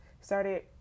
started